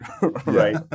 Right